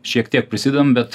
šiek tiek prisidedam bet